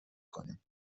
کنیم